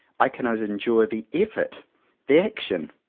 i cannot endure the effort, the action,